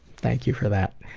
thank you for that.